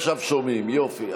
עכשיו שומעים, יופי.